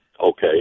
Okay